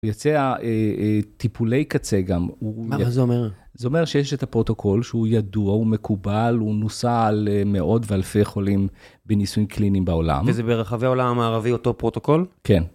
הוא יצא טיפולי קצה גם. מה זה אומר? זה אומר שיש את הפרוטוקול שהוא ידוע, הוא מקובל, הוא נוסע למאות ואלפי חולים בניסויים קליניים בעולם. וזה ברחבי העולם הערבי אותו פרוטוקול? כן.